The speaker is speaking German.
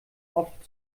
oft